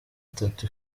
itatu